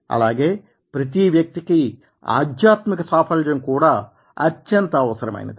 అలాగే ప్రతీ వ్యక్తికీ ఆధ్యాత్మిక సాఫల్యం కూడా అత్యంత అవసరమైనది